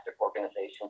organizations